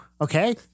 Okay